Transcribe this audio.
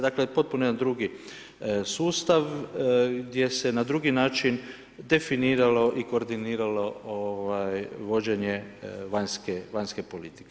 Dakle, potpuno jedan drugi sustav, gdje se na drugi način definiralo i koordiniralo vođenje vanjske politike.